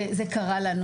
וזה כבר קרה לנו,